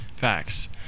facts